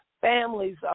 families